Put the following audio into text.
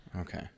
Okay